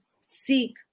seek